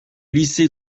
lycées